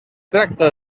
tracta